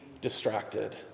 distracted